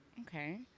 Okay